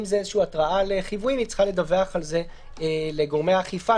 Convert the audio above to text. אם זה איזושהי התראה לחיווי היא צריכה לדווח על זה לגורמי אכיפה,